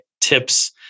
tips